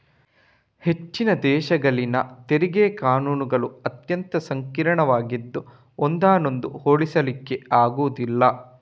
ಹೆಚ್ಚಿನ ದೇಶಗಳಲ್ಲಿನ ತೆರಿಗೆ ಕಾನೂನುಗಳು ಅತ್ಯಂತ ಸಂಕೀರ್ಣವಾಗಿದ್ದು ಒಂದನ್ನೊಂದು ಹೋಲಿಸ್ಲಿಕ್ಕೆ ಆಗುದಿಲ್ಲ